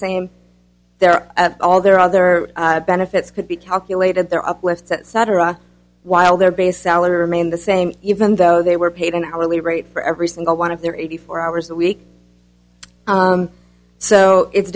same there are all their other benefits could be calculated their uplifts etc while their base salary remained the same even though they were paid an hourly rate for every single one of their eighty four hours a week so it's